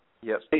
Yes